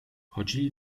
chodzili